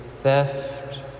theft